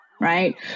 right